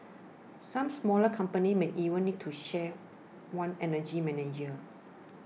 some smaller companies might even need to share one energy manager